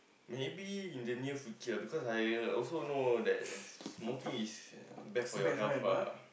maybe in the near future because I also know that smoking is bad for your health ah